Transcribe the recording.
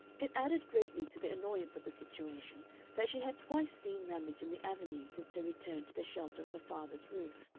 it added greatly to the annoyance of the situation that she had twice seen ramage in the avenue since her return to the shelter of her father's roof.